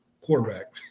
Quarterback